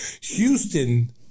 Houston